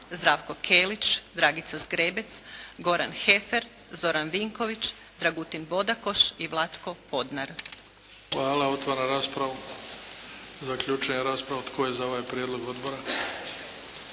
Hvala. Otvaram raspravu. Zaključujem raspravu. Tko je za ovaj Prijedlog odbora?